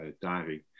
diving